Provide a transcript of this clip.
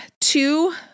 two